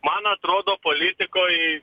man atrodo politikoj